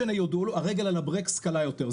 הרגל על הברקס קלה יותר,